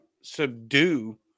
subdue